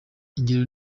ingero